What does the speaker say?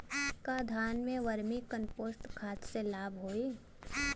का धान में वर्मी कंपोस्ट खाद से लाभ होई?